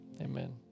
amen